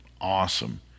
Awesome